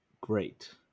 great